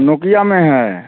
Nokia में है